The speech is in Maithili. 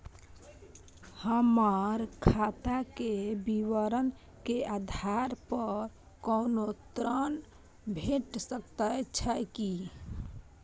हमर खाता के विवरण के आधार प कोनो ऋण भेट सकै छै की?